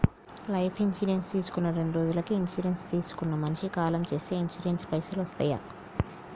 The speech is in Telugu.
లైఫ్ ఇన్సూరెన్స్ తీసుకున్న రెండ్రోజులకి ఇన్సూరెన్స్ తీసుకున్న మనిషి కాలం చేస్తే ఇన్సూరెన్స్ పైసల్ వస్తయా?